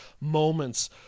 moments